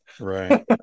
Right